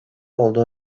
olduğu